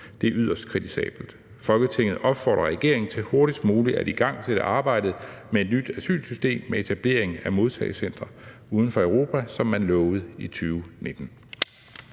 Det er yderst kritisabelt. Folketinget opfordrer regeringen til hurtigst muligt at igangsætte arbejdet med et nyt asylsystem med etablering af et modtagecenter uden for Europa, som man lovede i 2019.«